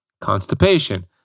constipation